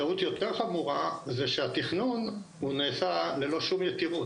טעות יותר חמור היא שהתכנון נעשה ללא שום יתירות.